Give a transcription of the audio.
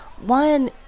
One